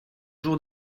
jours